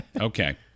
Okay